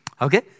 Okay